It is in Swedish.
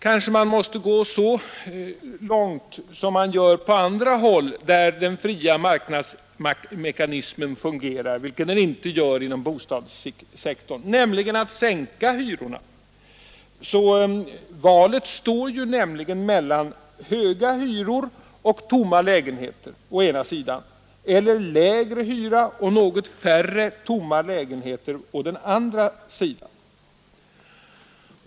Kanske man måste gå fram såsom sker på andra håll, där den fria marknadsmekanismen fungerar — vilket den inte gör inom bostadssektorn — och sänka hyrorna. Valet står nämligen mellan höga hyror och tomma lägenheter å ena sidan och lägre hyror och något färre tomma lägenheter å andra sidan.